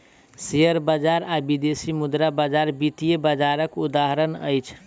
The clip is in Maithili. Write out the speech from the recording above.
शेयर बजार आ विदेशी मुद्रा बजार वित्तीय बजारक उदाहरण अछि